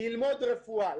ללמוד רפואה.